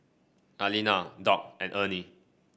Aliana Dock and Ernie